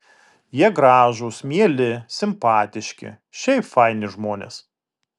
jie gražūs mieli simpatiški šiaip faini žmonės